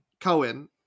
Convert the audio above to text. Cohen